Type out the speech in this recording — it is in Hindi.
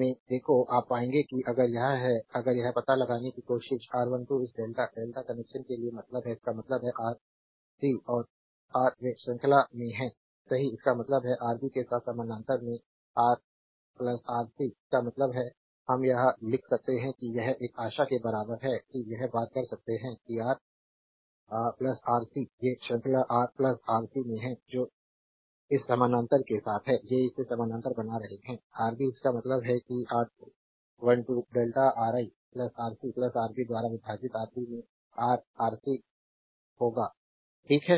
में देखो आप पाएंगे कि अगर यह है कि अगर यह पता लगाने की कोशिश R12 इस डेल्टा डेल्टा कनेक्शन के लिए मतलब है इसका मतलब है आर सी और रा वे श्रृंखला में हैं सही इसका मतलब है आरबी के साथ समानांतर में रा आर सी इसका मतलब है हम यह लिख सकते हैं कि यह एक आशा के बराबर है कि यह बात कर सकते हैं कि रा आर सी ये श्रृंखला रा आर सी में हैं जो इस समानांतर के साथ हैं ये इसे समानांतर बना रहे हैं आरबी इसका मतलब है कि R 12 delta R E R C R B द्वारा विभाजित आरबी में रा आरसी होगा ठीक है